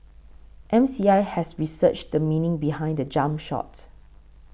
M C I has researched the meaning behind the jump shot